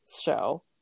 show